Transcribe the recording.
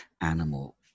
animal